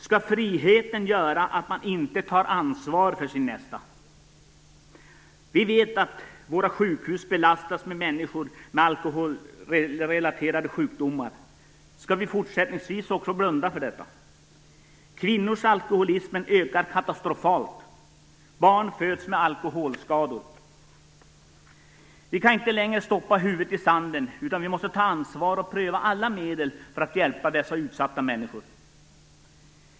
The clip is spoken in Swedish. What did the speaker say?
Skall friheten göra att man inte tar ansvar för sin nästa? Vi vet att våra sjukhus belastas med människor med alkoholrelaterade sjukdomar. Skall vi också fortsättningsvis blunda för detta? Kvinnors alkoholism ökar katastrofalt. Barn föds med alkoholskador. Vi kan inte längre stoppa huvudet i sanden, utan vi måste ta ansvar och pröva alla medel för att hjälpa dessa utsatta människor.